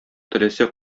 теләсә